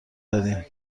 دادیم